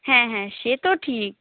হ্যাঁ হ্যাঁ সে তো ঠিক